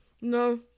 no